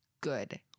good